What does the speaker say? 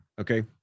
Okay